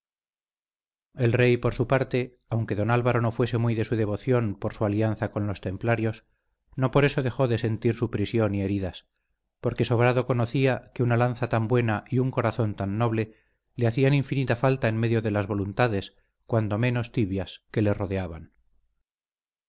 el rey por su parte aunque don álvaro no fuese muy de su devoción por su alianza con los templarios no por eso dejó de sentir su prisión y heridas porque sobrado conocía que una lanza tan buena y un corazón tan noble le hacían infinita falta en medio de las voluntades cuando menos tibias que le rodeaban